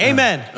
Amen